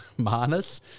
Manus